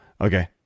Okay